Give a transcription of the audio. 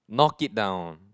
knock it down